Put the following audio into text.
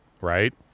Right